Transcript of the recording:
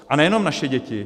A nejenom naše děti.